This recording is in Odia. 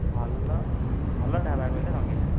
ଭଲ ଭଲ ଢାବା କହିଲେ ରଙ୍ଗିଲା